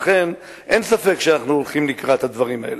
לכן, אין ספק שאנחנו הולכים לקראת הדברים האלה.